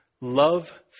love